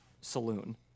saloon